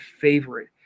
favorite